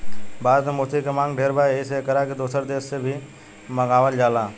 भारत में मोती के मांग ढेर बा एही से एकरा के दोसर देश से भी मंगावल जाला